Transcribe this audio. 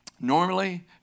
Normally